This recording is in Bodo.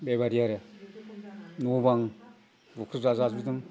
बेबादि आरो न' बां बुख्रुबजाजोबदों